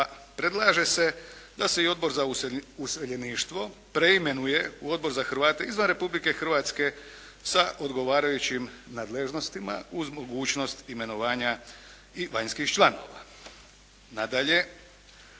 predlaže se da se i Odbor za useljeništvo preimenuje u Odbor za Hrvate izvan Republike Hrvatske sa odgovarajućim nadležnostima uz mogućnost imenovanja i vanjskih članova. Nadalje,